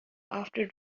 after